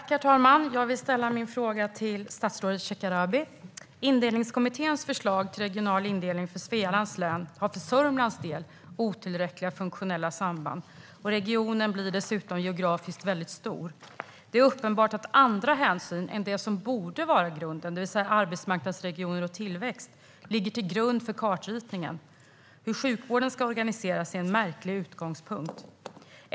Herr talman! Indelningskommitténs förslag till regional indelning för Svealands län har för Sörmlands del otillräckliga funktionella samband. Regionen blir dessutom geografiskt väldigt stor. Det är uppenbart att andra hänsyn än det som borde vara grunden, det vill säga arbetsmarknadsregioner och tillväxt, ligger till grund för kartritningen. Hur sjukvården ska organiseras är en märklig utgångspunkt.